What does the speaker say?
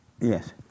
yes